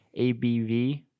ABV